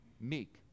meek